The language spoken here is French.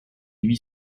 huit